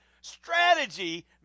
strategy